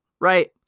right